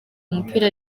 umupira